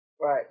Right